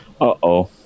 Uh-oh